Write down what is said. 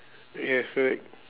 yes correct